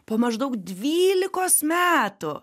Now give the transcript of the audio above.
po maždaug dvylikos metų